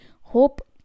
hope